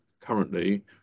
currently